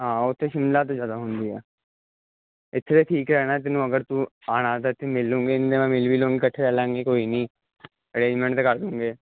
ਹਾਂ ਉੱਥੇ ਸ਼ਿਮਲਾ ਤਾਂ ਜ਼ਿਆਦਾ ਹੁੰਦੀ ਆ ਇੱਥੇ ਤਾਂ ਠੀਕ ਰਹਿਣਾ ਜਿਹਨੂੰ ਅਗਰ ਤੂੰ ਖਾਣਾ ਤਾ ਅਸੀਂ ਮਿਲੇਗੇ ਮਿਲ ਵੀ ਲੂੰਗੇ ਇਕੱਠੇ ਚਲਾਂਗੇ ਕੋਈ ਨਹੀਂ ਅਰੇਂਜਮੈਂਟ ਤਾਂ ਕਰ ਲੂੰਗੇ